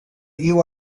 you